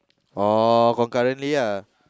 oh concurrently lah